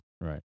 right